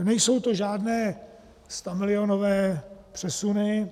Nejsou to žádné stamilionové přesuny.